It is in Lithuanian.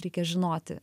reikia žinoti